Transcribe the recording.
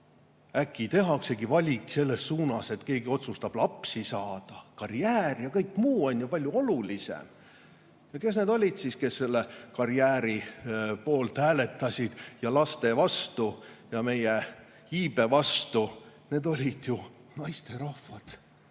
Äkki tehaksegi valik selles suunas, et keegi otsustab lapsi saada. Karjäär ja kõik muu on palju olulisem. Kes need olid, kes hääletasid karjääri poolt ja laste vastu ja meie iibe vastu? Need olid ju naisterahvad,